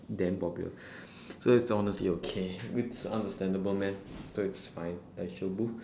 damn popular so it's honestly okay it's understandable man so it's fine daijoubu